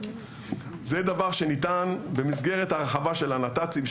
זה דבר שניתן במסגרת הרחבה של הנת"צים,